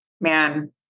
man